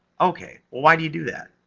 okay well, why do you do that?